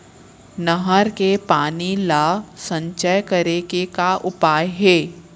नहर के पानी ला संचय करे के का उपाय हे?